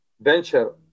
venture